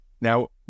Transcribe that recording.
Now